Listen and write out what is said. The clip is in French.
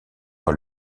par